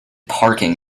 parking